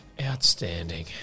Outstanding